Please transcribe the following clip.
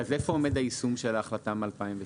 איפה עומד היישום של ההחלטה מ-2019?